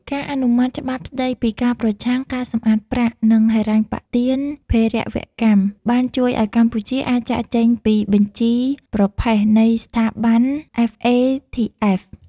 ការអនុម័តច្បាប់ស្ដីពីការប្រឆាំងការសម្អាតប្រាក់ និងហិរញ្ញប្បទានភេរវកម្ម បានជួយឱ្យកម្ពុជាអាចចាកចេញពី "បញ្ជីប្រផេះ" នៃស្ថាប័ន FATF។